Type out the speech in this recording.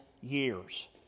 years